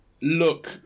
look